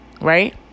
Right